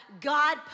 God